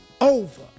over